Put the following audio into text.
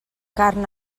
carn